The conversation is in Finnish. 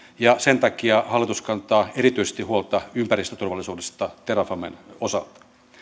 ja sen takia hallitus kantaa erityisesti huolta ympäristöturvallisuudesta terrafamen osalta